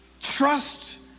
trust